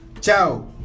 ciao